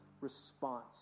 response